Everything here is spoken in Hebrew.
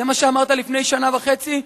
זה מה שאמרת לפני שנה וחצי.